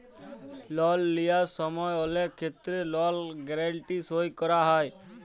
লল লিয়ার সময় অলেক ক্ষেত্রে লল গ্যারাল্টি সই ক্যরা হ্যয়